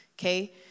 okay